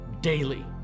daily